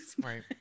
right